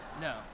no